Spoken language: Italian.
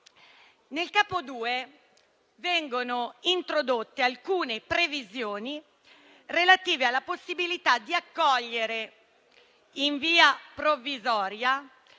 nel quale vengono introdotte alcune previsioni relative alla possibilità di accogliere in via provvisoria